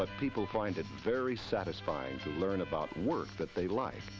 but people find it very satisfying to learn about work but they life